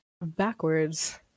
backwards